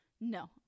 No